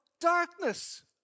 darkness